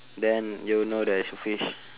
then you know there is a fish